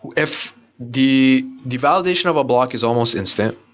if the the validation of a block is almost instant,